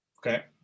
Okay